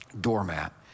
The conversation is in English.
doormat